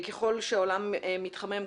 ככל שהעולם מתחמם,